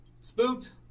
spooked